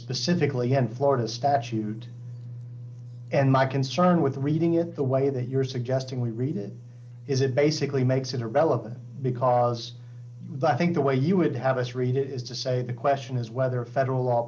specifically in florida statute and my concern with reading it the way that you're suggesting we read it is it basically makes it a relevant because but i think the way you would have us read it is to say the question is whether federal law